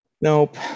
nope